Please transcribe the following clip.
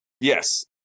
Yes